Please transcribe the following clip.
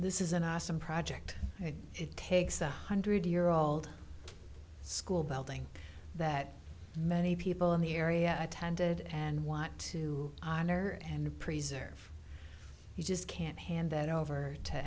this is an awesome project it takes one hundred year old school building that many people in the area attended and want to honor and preserve you just can't hand that over to